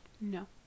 No